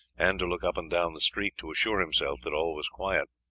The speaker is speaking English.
and to look up and down the street to assure himself that all was quiet.